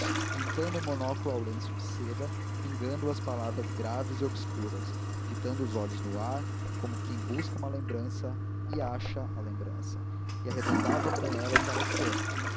limpando o monóculo ao lenço de seda pingando as palavras graves e obscuras fitando os olhos no ar como quem busca uma lembrança e achava a lembrança e arredondava com ela o parecer